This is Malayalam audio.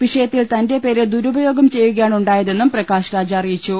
വിഷയത്തിൽ തന്റെ പേര് ദുരുപയോഗം ചെയ്യുകയാണ് ഉണ്ടായ തെന്നും പ്രകാശ് രാജ് അറിയിച്ചു